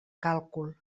càlcul